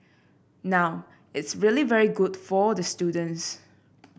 now it's really very good for the students